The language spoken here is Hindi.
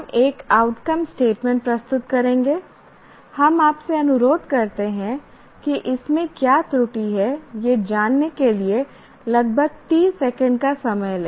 हम एक आउटकम स्टेटमेंट प्रस्तुत करेंगे हम आपसे अनुरोध करते हैं कि इसमें क्या त्रुटि है यह जानने के लिए लगभग 30 सेकंड का समय लें